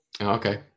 Okay